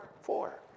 Four